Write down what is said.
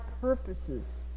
purposes